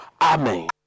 Amen